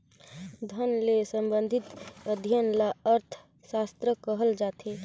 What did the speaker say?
धन ले संबंधित अध्ययन ल अर्थसास्त्र कहल जाथे